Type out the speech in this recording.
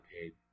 paid